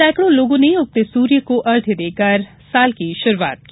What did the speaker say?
सैकड़ों लोगों ने उगते सूर्य को अर्ध्य देकर नए साल की शुरुआत की